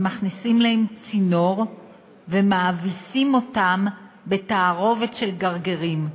מכניסים להם צינור ומאביסים אותם בתערובת של גרגירים.